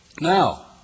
Now